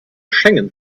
schengen